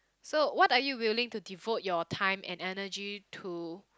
so what are you willing to devote your time and energy to